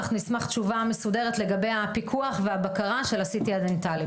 אנחנו נשמח לתשובה מסודרת לגבי הפיקוח והבקרה של ה-CT הדנטלי,